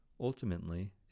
Ultimately